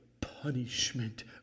punishment